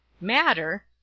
Matter